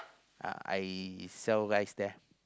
uh I sell rice there